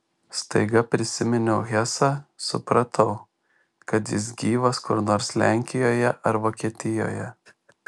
staiga prisiminiau hesą supratau kad jis gyvas kur nors lenkijoje ar vokietijoje